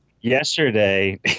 Yesterday